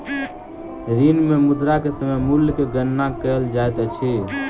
ऋण मे मुद्रा के समय मूल्य के गणना कयल जाइत अछि